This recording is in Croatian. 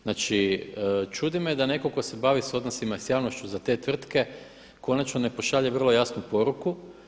Znači čudi me da neko tko se bavi s odnosima s javnošću za te tvrtke konačno ne pošalje vrlo jasnu poruku.